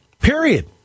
period